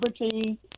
Liberty